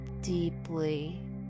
deeply